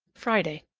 friday.